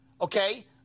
okay